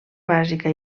bàsica